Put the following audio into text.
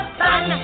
fun